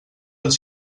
els